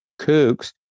kooks